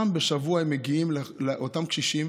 פעם בשבוע הם מגיעים לאותם קשישים,